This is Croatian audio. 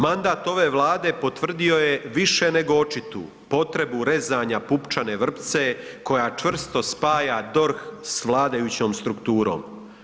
Manda ove Vlade potvrdio je više nego očitu potrebu rezanja pupčane vrpce koja čvrsto spaja DORH s vladajućom strukturom.